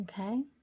Okay